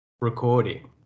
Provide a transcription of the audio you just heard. recording